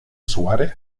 suárez